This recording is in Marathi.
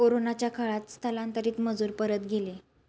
कोरोनाच्या काळात स्थलांतरित मजूर परत गेले